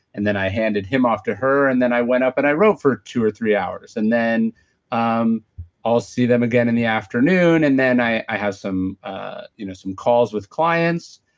and then i handed him off to her, and then i went up and i wrote for two or three hours then um i'll see them again in the afternoon, and then i have some ah you know some calls with clients.